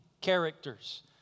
characters